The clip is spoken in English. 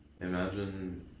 imagine